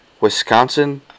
Wisconsin